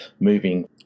moving